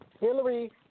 Hillary